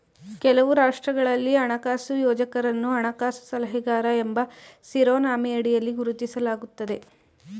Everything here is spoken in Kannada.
ಕೆಲವು ರಾಷ್ಟ್ರಗಳಲ್ಲಿ ಹಣಕಾಸು ಯೋಜಕರನ್ನು ಹಣಕಾಸು ಸಲಹೆಗಾರ ಎಂಬ ಶಿರೋನಾಮೆಯಡಿಯಲ್ಲಿ ಗುರುತಿಸಲಾಗುತ್ತದೆ